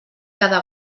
cada